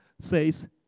says